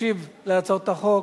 ישיב על הצעות החוק